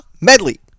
medley